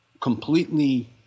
completely